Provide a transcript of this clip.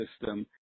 system